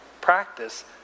practice